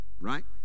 right